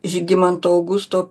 žygimanto augusto